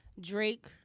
Drake